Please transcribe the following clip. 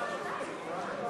59 בעד,